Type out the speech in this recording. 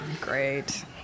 great